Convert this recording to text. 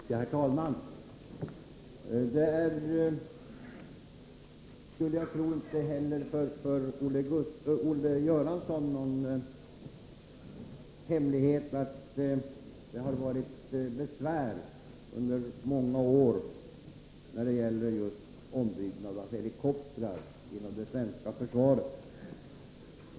Herr talman! Jag skulle tro att det inte heller för Olle Göransson är någon hemlighet att det har varit besvär under många år när det gäller just ombyggnad av helikoptrar inom det svenska försvaret.